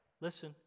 listen